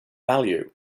value